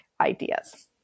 ideas